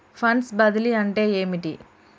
Funds బదిలీ అంటే ఏమిటి?